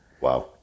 wow